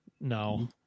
No